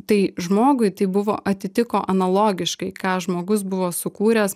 tai žmogui tai buvo atitiko analogiškai ką žmogus buvo sukūręs